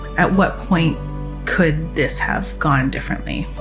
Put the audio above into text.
at what point could this have gone differently?